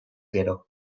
gero